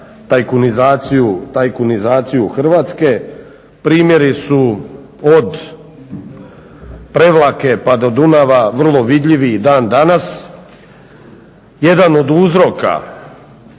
tajkunizaciju Hrvatske. Primjeri su od Prevlake pa do Dunava vrlo vidljivi i dan danas. Jedan od uzroka